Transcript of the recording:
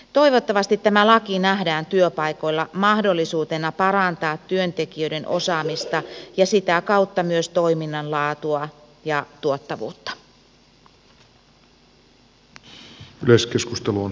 toivottavasti tämä laki nähdään työpaikoilla mahdollisuutena parantaa työntekijöiden osaamista ja sitä kautta myös toiminnan laatua ja tuottavuutta